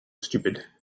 stupid